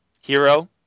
Hero